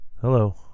hello